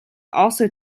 also